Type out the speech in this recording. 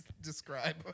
describe